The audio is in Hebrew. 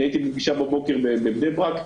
הייתי הבוקר בפגישה בבני ברק,